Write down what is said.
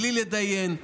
בלי להתדיין,